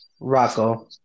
Rocco